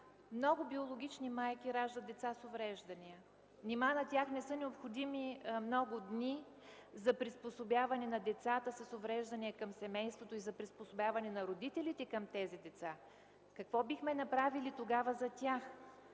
много биологични майки раждат деца с увреждания. Нима на тях не са необходими много дни за приспособяване на децата с увреждания към семейството и за приспособяване на родителите към тези деца? Какво бихме направили тогава за тях?